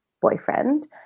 boyfriend